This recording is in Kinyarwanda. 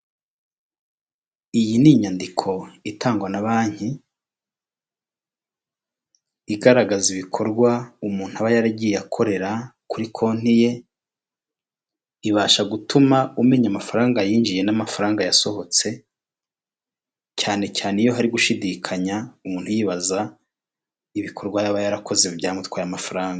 Iyi ni inyandiko itangwa na banki igaragaza ibikorwa umuntu aba yaragiye akorera kuri konti ye, ibasha gutuma umenya amafaranga yinjiye n'amafaranga yasohotse cyane cyane iyo hari gushidikanya umuntu yibaza ibikorwa yaba yarakoze byamutwaye amafaranga.